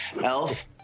Elf